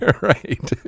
Right